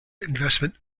investment